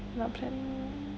not planning